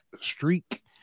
streak